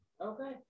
okay